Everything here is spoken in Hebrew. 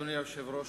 אדוני היושב-ראש,